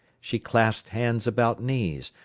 she clasped hands about knees,